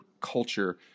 culture